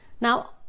now